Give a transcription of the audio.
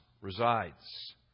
resides